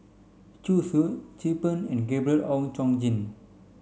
Zhu Xu Chin Peng and Gabriel Oon Chong Jin